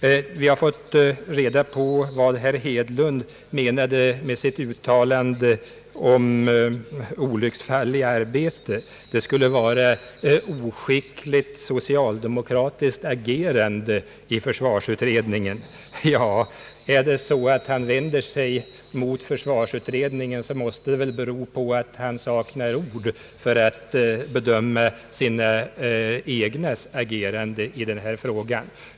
Vi har nu fått veta vad herr Hedlund menade med sitt uttalande om olycksfall i arbetet. Det skulle vara oskickligt socialdemokratiskt agerande i försvarsfrågan. Ja, är det så att han vänder sig mot socialdemokraterna så måste det väl bero på att han saknar ord för att bedöma sitt eget partis agerande i denna fråga.